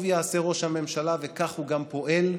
טוב יעשה ראש הממשלה, וכך הוא גם פועל,